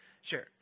Sure